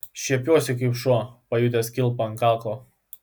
šiepiuosi kaip šuo pajutęs kilpą ant kaklo